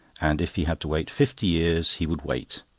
and if he had to wait fifty years he would wait,